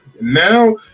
Now